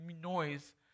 noise